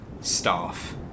staff